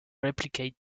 replicate